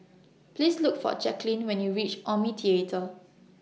Please Look For Jackeline when YOU REACH Omni Theatre